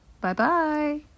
Bye-bye